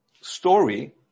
story